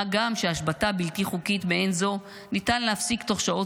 מה גם שהשבתה בלתי חוקית מעין זו ניתן להפסיק תוך שעות